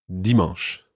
Dimanche